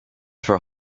for